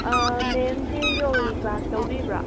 ꯃꯦꯝꯁꯦ ꯌꯣꯒꯒꯤ ꯀ꯭ꯂꯥꯁ ꯂꯧꯕꯤꯕ꯭ꯔꯥ